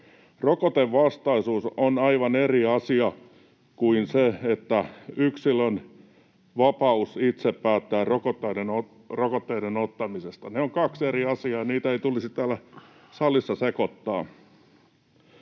rokotevastaisuus on aivan eri asia kuin yksilön vapaus itse päättää rokotteiden ottamisesta. Ne ovat kaksi eri asiaa, ja niitä ei tulisi täällä salissa sekoittaa.